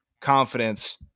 confidence